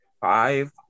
five